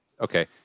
Okay